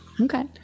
Okay